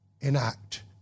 enact